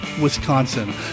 Wisconsin